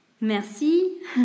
Merci